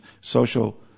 social